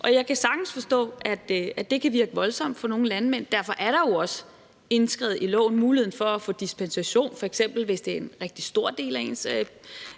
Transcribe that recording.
Jeg kan sagtens forstå, at det kan virke voldsomt for nogle landmænd. Derfor er muligheden jo også indskrevet i loven for at få dispensation, f.eks. hvis det er en rigtig stor del af ens